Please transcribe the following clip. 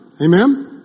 Amen